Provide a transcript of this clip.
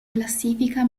classifica